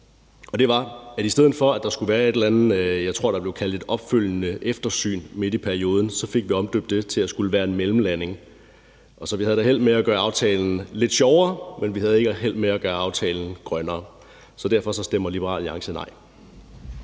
og det var, at i stedet for at der skulle være et eller andet, som jeg tror blev kaldt et opfølgende eftersyn midt i perioden, så fik vi omdøbt til at skulle hedde en mellemlanding. Så vi havde da held med at gøre aftalen lidt sjovere, men vi havde ikke held med at gøre aftalen grønnere. Derfor stemmer Liberal Alliance nej.